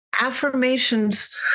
affirmations